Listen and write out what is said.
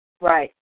Right